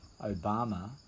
Obama